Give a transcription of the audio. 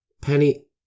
penny